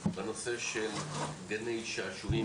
בנושא של גני שעשועים